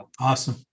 Awesome